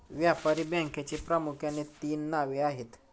व्यापारी बँकेची प्रामुख्याने तीन नावे आहेत